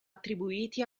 attribuiti